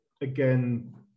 Again